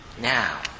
Now